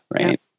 right